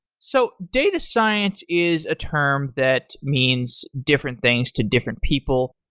so data science is a term that means different things to different people.